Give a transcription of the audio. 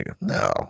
No